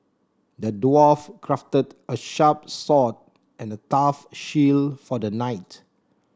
the dwarf crafted a sharp sword and a tough shield for the knight